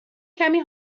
کمی